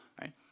right